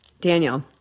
Daniel